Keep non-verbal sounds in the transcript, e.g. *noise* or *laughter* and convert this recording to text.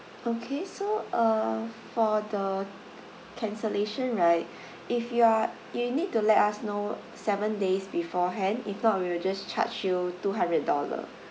okay so uh for the cancellation right *breath* if you are you need to let us know seven days beforehand if not we will just charge you two hundred dollar